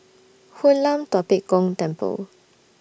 Hoon Lam Tua Pek Kong Temple